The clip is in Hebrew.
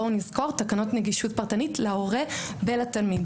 בואו נזכור, תקנות נגישות פרטנית להורה ולתלמיד.